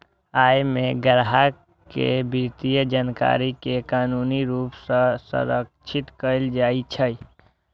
अय मे ग्राहक के वित्तीय जानकारी कें कानूनी रूप सं संरक्षित कैल जाइ छै